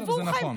אבל זה נכון.